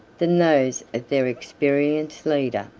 than those of their experienced leader.